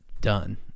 done